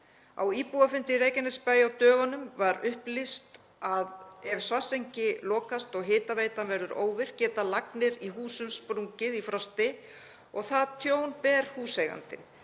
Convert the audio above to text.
Á íbúafundi í Reykjanesbæ á dögunum var upplýst að ef Svartsengi lokast og hitaveitan verður óvirk geta lagnir í húsum sprungið í frosti, og það tjón ber húseigandinn.